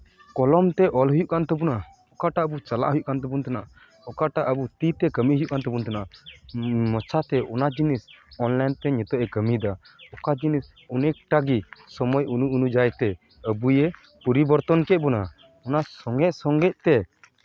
ᱠᱚᱞᱚᱢ ᱛᱮ ᱚᱞ ᱦᱩᱭᱩᱜ ᱠᱟᱱ ᱛᱟᱵᱳᱱᱟ ᱚᱠᱟᱴᱟᱜ ᱟᱵᱚ ᱪᱟᱞᱟᱜ ᱦᱩᱭᱩᱜ ᱛᱟᱵᱳᱱ ᱛᱟᱦᱮᱱᱟ ᱚᱠᱟᱴᱟᱜ ᱟᱵᱚ ᱛᱤ ᱛᱮ ᱠᱟᱹᱢᱤ ᱦᱩᱭᱩᱜ ᱠᱟᱱ ᱛᱟᱵᱳᱱ ᱛᱟᱦᱮᱱᱟ ᱢᱚᱪᱟᱛᱮ ᱚᱱᱟ ᱡᱤᱱᱤᱥ ᱚᱱᱞᱟᱭᱤᱱ ᱛᱮ ᱱᱤᱛᱚᱜ ᱮ ᱠᱟᱹᱢᱤᱭᱮᱫᱟ ᱚᱠᱟ ᱡᱤᱱᱤᱥ ᱚᱱᱮᱠᱴᱟ ᱜᱮ ᱥᱚᱢᱚᱭ ᱚᱱᱩᱡᱟᱭᱤ ᱛᱮ ᱟᱹᱵᱩᱭᱮ ᱯᱚᱨᱤᱵᱚᱨᱛᱚᱱ ᱦᱚᱪᱚᱭᱮᱜ ᱵᱚᱱᱟ ᱚᱱᱟ ᱥᱚᱸᱜᱮ ᱥᱚᱸᱜᱮᱜ ᱛᱮ